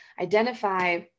Identify